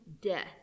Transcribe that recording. death